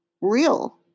real